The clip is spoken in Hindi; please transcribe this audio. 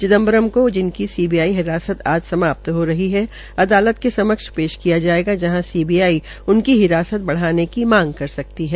चिदम्बरम को जिनकी सीबीआई हिसारत आज समाप्त हो रही है अदालत के समक्ष पेश किया जायेगा जहां सीबीआई उनकी हिरासत बढ़ाने की मांग कर सकती है